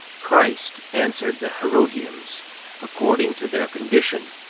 christ answered the herodians according to their condition.